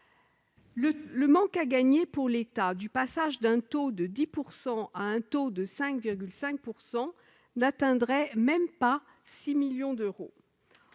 Le manque à gagner pour l'État du passage d'un taux de 10 % à un taux de 5,5 % n'atteindrait même pas 6 millions d'euros.